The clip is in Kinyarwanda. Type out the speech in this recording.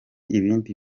ibindi